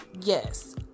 yes